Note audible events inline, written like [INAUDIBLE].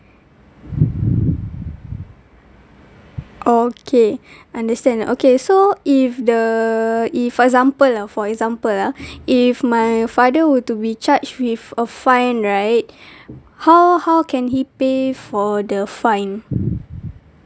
okay [BREATH] understand okay so if the if for example lah for example ah [BREATH] if my father were to be charged with a fine right [BREATH] how how can he pay for the fine